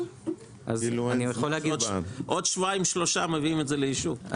עוד שבועיים שלושה מביאים את זה לאישור.